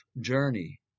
journey